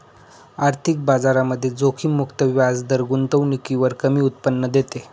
आर्थिक बाजारामध्ये जोखीम मुक्त व्याजदर गुंतवणुकीवर कमी उत्पन्न देते